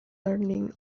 learning